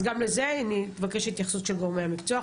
אז גם לזה אני אבקש התייחסות של אנשי המקצוע.